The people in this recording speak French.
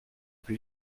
plus